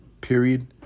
period